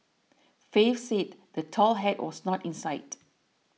faith said the tall hat was not in sight